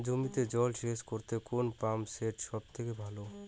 জমিতে জল সেচ করতে কোন পাম্প সেট সব থেকে ভালো?